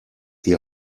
die